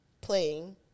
playing